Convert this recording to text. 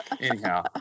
anyhow